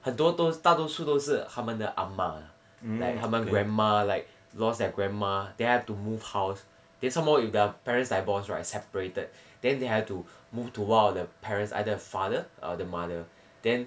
很多都大多数都是他们的阿嬷 like 他们 grandma like lost their grandma then have to move house then some more if their parents divorced right separated then they had to move to one of the parents either father or the mother then